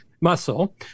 muscle